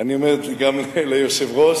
אני אומר את זה גם את זה ליושב-ראש.